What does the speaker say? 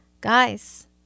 Guys